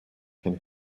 can